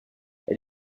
elle